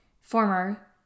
former